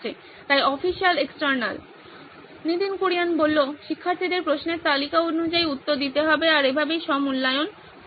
তাই official external Nitin Kurian শিক্ষার্থীদের প্রশ্নের তালিকা অনুযায়ী উত্তর দিতে হবে আর এভাবেই স্ব মূল্যায়ন করা হবে